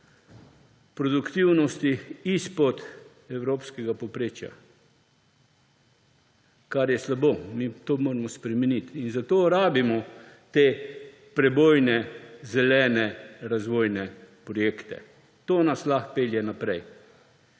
produktivnosti izpod evropskega povprečja, kar je slabo. To moramo spremeniti. In zato rabimo te prebojne zelene razvojne projekte. To nas lahko pelje naprej,